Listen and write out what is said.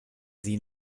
sie